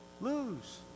lose